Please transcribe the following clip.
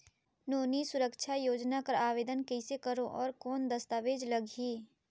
नोनी सुरक्षा योजना कर आवेदन कइसे करो? और कौन दस्तावेज लगही?